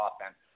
offense